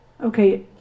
Okay